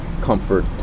comfort